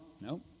no